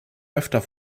öfter